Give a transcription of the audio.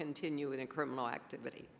continue in criminal activity